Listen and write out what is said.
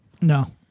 No